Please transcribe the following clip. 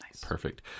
Perfect